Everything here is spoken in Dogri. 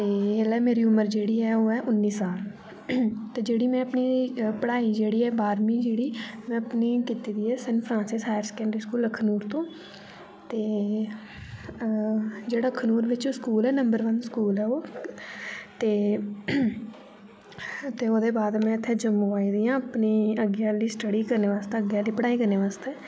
ते ऐल्लै मेरी उमर जेह्ड़ी ऐ ओह् ऐ उन्नी साल ते जेह्ड़ी में अपनी पढ़ाई जेह्ड़ी ऐ बारह्मीं जेह्ड़ी में अपनी कीती दी ऐ saint Francis higher secondary school Akhnoor तों ते जेह्ड़ा अखनूर बिच स्कूल ऐ नंबर वन स्कूल ऐ ओह् ते ओह्दे बाद में इ'त्थें जम्मू आई दी आं अपनी अग्गें आह्ली स्टडी करने बास्तै अग्गें आह्ली पढ़ाई करने बास्तै